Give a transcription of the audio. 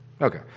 Okay